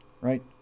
right